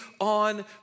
on